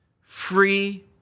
free